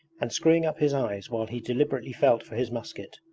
and screwing up his eyes while he deliberately felt for his musket.